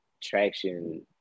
traction